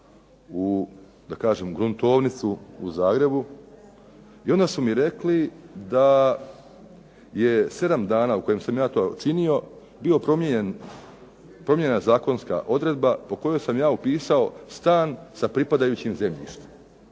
u Gruntovnicu u Zagrebu i onda su mi rekli da je u 7 dana u kojem sam ja to činio bila promijenjena zakonska odredba po kojoj sam ja upisao stan sa pripadajućim zemljištem.